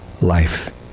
life